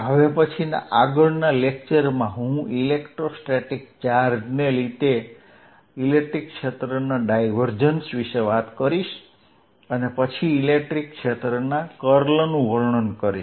હવે પછીના આગળનાં લેક્ચરમાં હું ઇલેક્ટ્રોસ્ટેટિક ચાર્જને લીધે ઇલેક્ટ્રિક ક્ષેત્રના ડાયવર્જન્સ વિશે વાત કરીશ અને પછી ઇલેક્ટ્રિક ક્ષેત્રના કર્લનું વર્ણન કરીશ